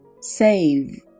save